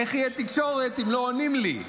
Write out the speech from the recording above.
איך תהיה תקשורת אם לא עונים לי?